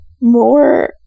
more